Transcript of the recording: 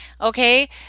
okay